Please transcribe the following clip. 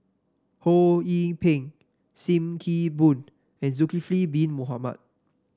Ho Yee Ping Sim Kee Boon and Zulkifli Bin Mohamed